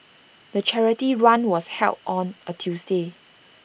the charity run was held on A Tuesday